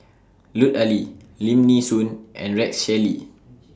Lut Ali Lim Nee Soon and Rex Shelley